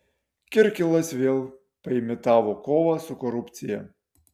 kirkilas vėl paimitavo kovą su korupcija